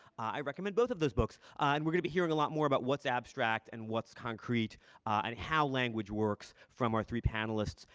i recommend both of those books. and we're going to be hearing a lot more about what's abstract and what's concrete and how language works from our three panelists.